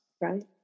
Right